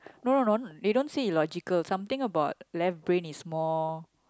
hold on they don't say logical something about left brain is more